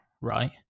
right